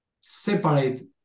separate